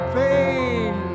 pain